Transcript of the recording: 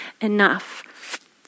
enough